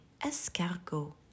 Escargot